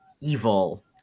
evil